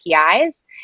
KPIs